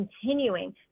continuing